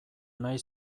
nahi